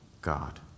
god